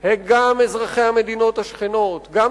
הם גם אזרחי המדינות השכנות, גם